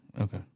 Okay